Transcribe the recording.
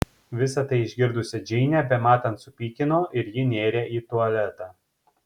visa tai išgirdusią džeinę bematant supykino ir ji nėrė į tualetą